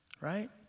right